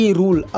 rule